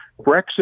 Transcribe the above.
Brexit